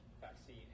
vaccine